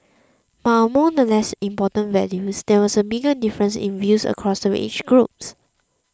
but among the less important values there was a bigger difference in views across the age groups